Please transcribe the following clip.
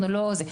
אנחנו לא זה.